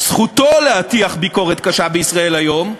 זכותו להטיח ביקורת קשה ב"ישראל היום"